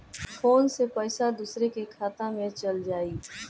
Phone से पईसा दूसरे के खाता में चल जाई?